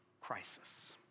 crisis